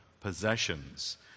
possessions